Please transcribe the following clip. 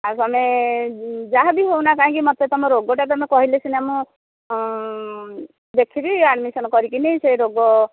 ଆଉ ତୁମେ ଯାହାବି ହେଉ ନା କାହିଁକି ମୋତେ ତୁମ ରୋଗଟା ତୁମେ କହିଲେ ଦେଖିବି ଆଡ୍ମିସନ କରିକି ସେ ରୋଗ